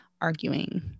arguing